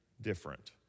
different